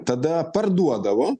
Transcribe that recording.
tada parduodavo